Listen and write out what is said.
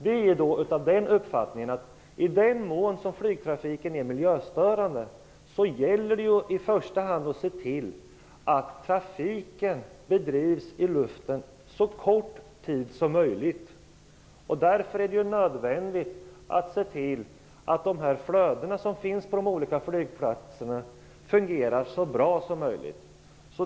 Vi är av den uppfattningen att det, i den mån flygtrafiken är miljöstörande, i första hand gäller att se till att trafiken bedrivs i luften så kort tid som möjligt. Därför är det nödvändigt att se till att de flöden som finns på de olika flygplatserna fungerar så bra som möjligt.